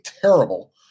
terrible